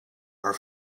are